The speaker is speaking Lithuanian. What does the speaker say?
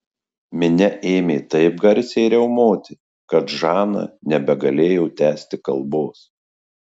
minia ėmė taip garsiai riaumoti kad žana nebegalėjo tęsti kalbos